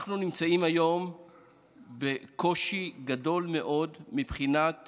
אנחנו נמצאים היום בקושי גדול מאוד מבחינת